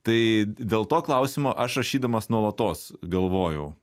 tai dėl to klausimo aš rašydamas nuolatos galvojau